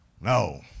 no